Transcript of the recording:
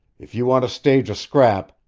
if you want to stage a scrap,